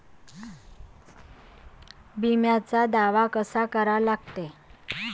बिम्याचा दावा कसा करा लागते?